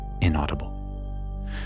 inaudible